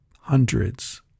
hundreds